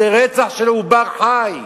זה רצח של עובר חי,